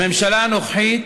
הממשלה הנוכחית